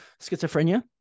schizophrenia